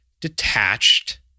detached